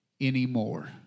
anymore